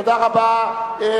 תודה רבה.